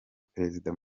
perezida